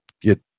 get